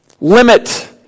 Limit